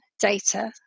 data